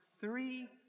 three